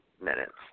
minutes